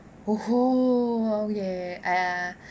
!woohoo! oh !yay! !aiya!